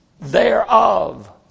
thereof